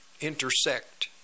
intersect